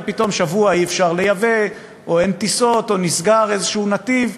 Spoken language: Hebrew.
אבל פתאום שבוע אי-אפשר לייבא או אין טיסות או נסגר איזשהו נתיב,